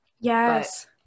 Yes